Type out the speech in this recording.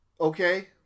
Okay